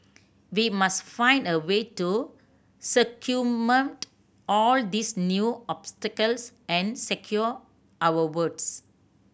we must find a way to circumvent all these new obstacles and secure our votes